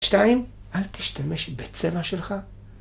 ‫שתיים, אל תשתמש בצבע שלך..